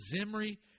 Zimri